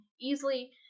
easily